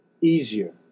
easier